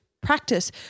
practice